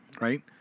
right